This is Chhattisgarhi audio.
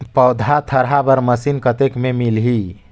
पौधा थरहा बर मशीन कतेक मे मिलही?